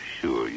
sure